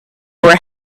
were